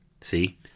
See